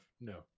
no